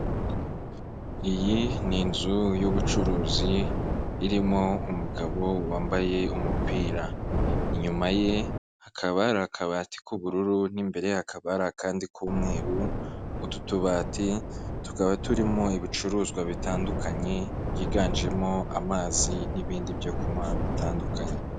Iyi ni inzu y'ubucuruzi irimo umugabo wambaye umupira, inyuma ye hakaba hari akabati k'ubururu, n'imbere ye hakaba hari akandi k'umweru, utu tubati tukaba turimo ibicuruzwa bitandukanye, byiganjemo amazi n'ibindi byo kunywa bitandukanye.